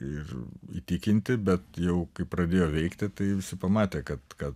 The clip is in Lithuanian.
ir įtikinti bet jau pradėjo veikti tai visi pamatė kad kad